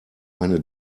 eine